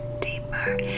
deeper